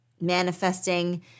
manifesting